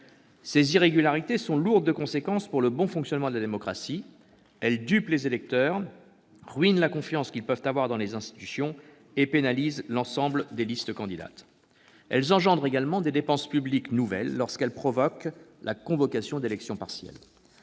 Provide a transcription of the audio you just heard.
Ces irrégularités sont lourdes de conséquences pour le bon fonctionnement de la démocratie : elles dupent les électeurs, ruinent la confiance qu'ils peuvent avoir dans les institutions et pénalisent l'ensemble des listes candidates. Elles engendrent également des dépenses publiques nouvelles lorsqu'elles provoquent la convocation d'élections partielles.